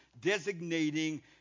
designating